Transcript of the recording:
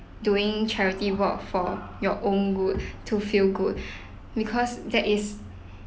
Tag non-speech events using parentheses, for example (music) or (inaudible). doing charity work for your own good (breath) to feel good (breath) because that is